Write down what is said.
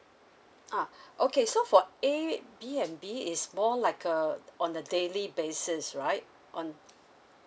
uh okay so for airbnb is more like a on a daily basis right on